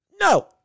No